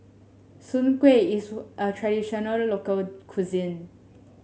Soon Kuih is a traditional local cuisine